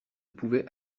pouvait